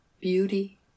beauty